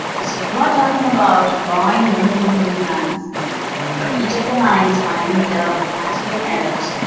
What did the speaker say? so you are talking about drawing many, many, many lines for each of the lines finding the absolute errors,